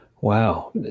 Wow